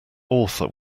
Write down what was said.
author